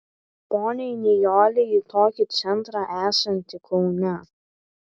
poniai nijolei į tokį centrą esantį kaune